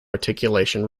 articulation